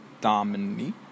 Dominique